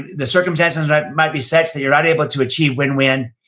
the circumstances might be such that you're not able to achieve win-win.